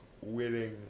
winning